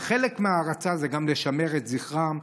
וחלק מההערצה זה גם לשמר את זכרם,